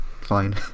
fine